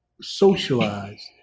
socialized